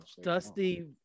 Dusty